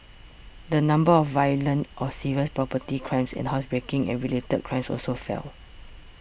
the number of violent or serious property crimes and housebreaking and related crimes also fell